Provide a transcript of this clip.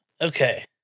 Okay